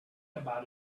about